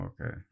okay